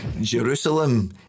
Jerusalem